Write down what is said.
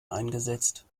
eingesetzt